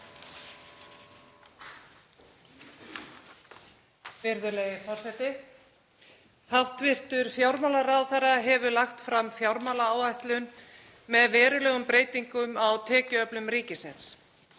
Virðulegi forseti. Hæstv. fjármálaráðherra hefur lagt fram fjármálaáætlun með verulegum breytingum á tekjuöflun ríkisins.